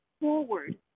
forward